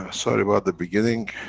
ah sorry about the beginning,